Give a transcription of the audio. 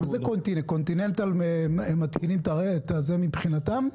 continental מתקינים את זה מבחינתם?